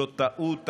זו טעות,